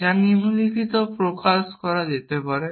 যা নিম্নলিখিত হিসাবে প্রকাশ করা যেতে পারে